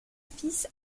fils